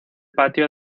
patio